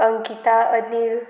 Ankita Anil